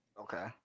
Okay